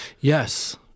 Yes